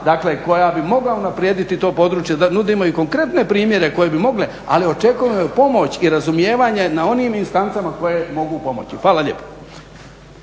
dakle koja bi mogla unaprijediti to područje. Nudimo i konkretne primjere koje bi mogle, ali očekujemo i pomoć i razumijevanje na onim instancama koje mogu pomoći. Hvala lijepo.